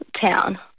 town